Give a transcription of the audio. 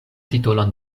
titolon